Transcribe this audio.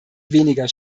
weniger